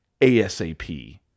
ASAP